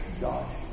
God